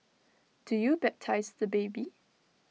do you baptise the baby